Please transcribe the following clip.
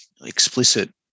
explicit